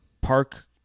park